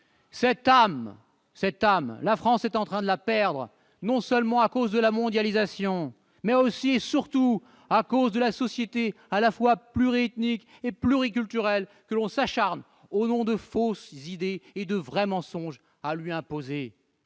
Cette âme, la France est en train de la perdre, non seulement à cause de la mondialisation, mais aussi, et surtout, à cause de la société à la fois pluriethnique et pluriculturelle que l'on s'acharne au nom de fausses idées et de vrais mensonges à lui imposer.